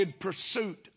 pursuit